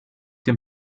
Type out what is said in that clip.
dem